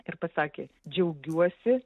ir pasakė džiaugiuosi